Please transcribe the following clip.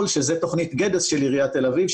שזה תוכנית גדס של עיריית תל אביב,